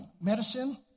medicine